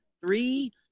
Three